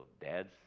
dad's